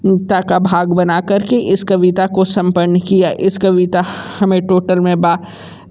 ता का भाग बना करके इस कविता को संपन्न किया इस कविता में टोटल में बा